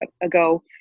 ago